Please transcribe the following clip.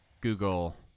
Google